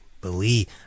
Believe